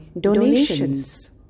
donations